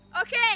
Okay